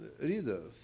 readers